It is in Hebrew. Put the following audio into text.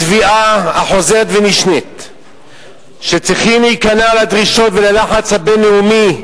התביעה החוזרת ונשנית שצריכים להיכנע לדרישות וללחץ הבין-לאומי,